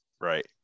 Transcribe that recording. Right